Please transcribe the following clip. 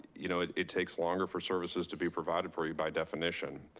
you know, it takes longer for services to be provided for you by definition.